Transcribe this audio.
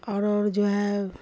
اور اور جو ہے